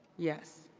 yes.